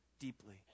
deeply